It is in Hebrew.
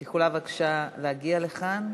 את יכולה, בבקשה, להגיע לכאן.